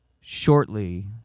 shortly